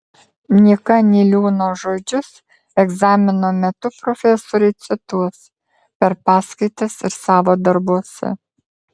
nyka niliūno žodžius egzamino metu profesoriai cituos per paskaitas ir savo darbuose